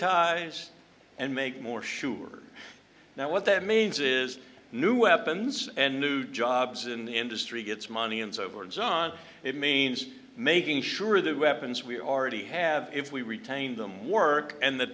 securitize and make more sure now what that means is new weapons and new jobs in the industry gets money and so over john it means making sure the weapons we already have if we retain them work and that